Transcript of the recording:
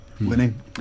Winning